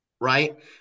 Right